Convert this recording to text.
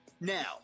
Now